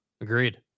Agreed